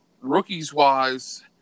Rookies-wise